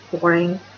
boring